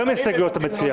כמה סעיפים אתה אומר?